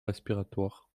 respiratoires